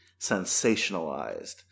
sensationalized